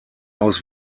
aus